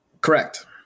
Correct